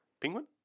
Penguin